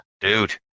dude